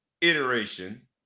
iteration